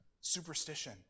superstition